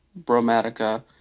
Bromatica